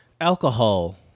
Alcohol